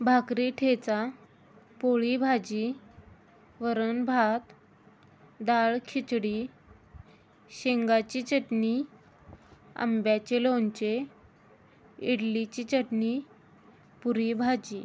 भाकरी ठेचा पोळी भाजी वरण भात दाळ खिचडी शेंगाची चटणी आंब्याचे लोणचे इडलीची चटणी पुरी भाजी